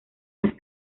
las